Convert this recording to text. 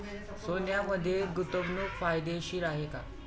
सोन्यामध्ये गुंतवणूक फायदेशीर आहे का?